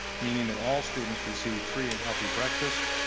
meaning that all students receive free and healthy breakfast,